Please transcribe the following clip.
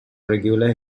regular